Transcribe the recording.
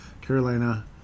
carolina